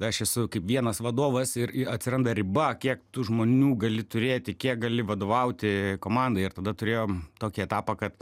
aš esu kaip vienas vadovas ir atsiranda riba kiek tų žmonių gali turėti kiek gali vadovauti komandai ir tada turėjom tokią etapą kad